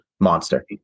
Monster